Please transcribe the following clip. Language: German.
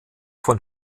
von